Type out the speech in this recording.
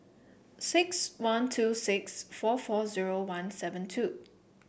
six one two six four four zero one seven two